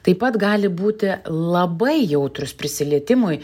taip pat gali būti labai jautrūs prisilietimui